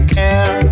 care